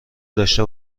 داشته